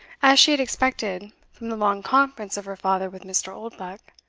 as she had expected from the long conference of her father with mr. oldbuck,